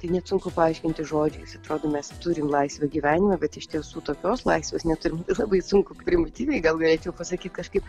tai net sunku paaiškinti žodžiais atrodo mes turim laisvę gyvenime bet iš tiesų tokios laisvės neturim labai sunku primityviai gal galėčiau pasakyt kažkaip